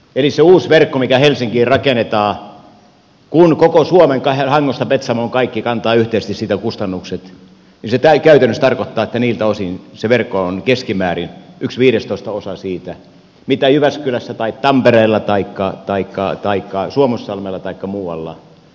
eli se uusi verkko mikä helsinkiin rakennetaan kun koko suomi hangosta petsamoon kantaa yhteisesti siitä kustannukset se käytännössä tarkoittaa että niiltä osin se verkko on keskimäärin yksi viidestoistaosa siitä mitä jyväskylässä tai tampereella taikka suomussalmella taikka muualla siirtokustannuksista maksetaan